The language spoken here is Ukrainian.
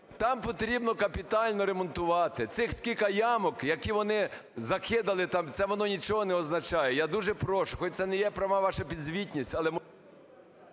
там потрібно капітально ремонтувати. Цих кілька ямок, які вони закидали там, це воно нічого не означає. Я дуже прошу, хоч це не правова ваша підзвітність,